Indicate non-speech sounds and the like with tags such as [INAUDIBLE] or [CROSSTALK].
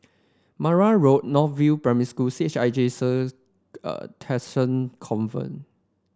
Marang Road North View Primary School C H I J St [HESITATION] Theresa Convent